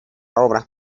obra